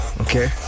Okay